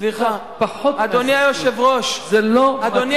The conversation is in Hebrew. סליחה, אדוני היושב-ראש, אדוני